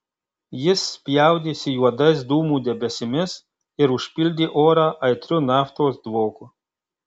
jis spjaudėsi juodais dūmų debesimis ir užpildė orą aitriu naftos dvoku